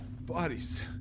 bodies